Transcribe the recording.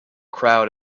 crowd